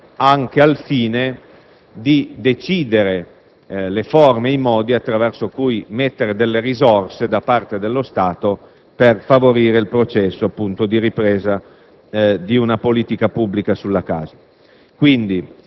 anche al fine di decidere le forme e i modi attraverso cui stanziare risorse da parte dello Stato, per favorire il processo di ripresa di una politica pubblica sulla casa.